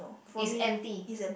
it's empty